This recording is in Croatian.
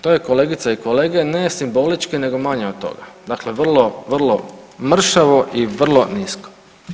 To je kolegice i kolege ne simbolički nego manje od toga, dakle vrlo, vrlo mršavo i vrlo nisko.